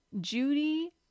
Judy